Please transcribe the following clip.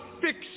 fix